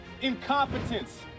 incompetence